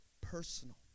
Personal